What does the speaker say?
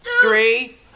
three